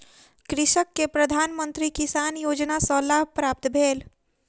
कृषक के प्रधान मंत्री किसान योजना सॅ लाभ प्राप्त भेल